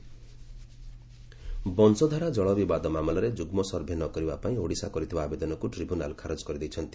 ବଂଶଧାରା ଜଳ ବିବାଦ ବଂଶଧାରା ଜଳ ବିବାଦ ମାମଲାରେ ଯୁଗ୍ମ ସର୍ଭେ ନ କରିବା ପାଇଁ ଓଡିଶା କରିଥିବା ଆବେଦନକୁ ଟ୍ରିବ୍ୟୁନାଲ ଖାରଜ କରି ଦେଇଛନ୍ତି